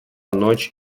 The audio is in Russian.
ночь